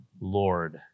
Lord